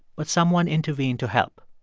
but someone intervened to help.